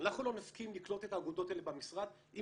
אנחנו לא נסכים לקלוט את האגודות האלה במשרד אם